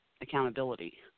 accountability